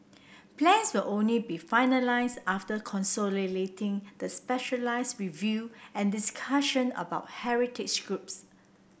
plans will only be finalise after the specialise review and discussion about heritage groups